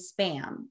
spam